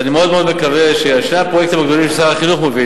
אני מאוד מאוד מקווה ששני הפרויקטים הגדולים ששר החינוך מוביל,